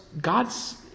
God's